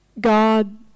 God